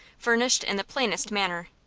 furnished in the plainest manner,